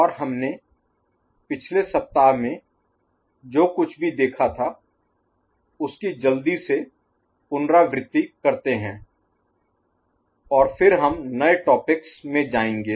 और हमने पिछले सप्ताह में जो कुछ भी देखा था उसकी जल्दी से पुनरावृति करते हैं और फिर हम नए टॉपिक्स में जाएंगे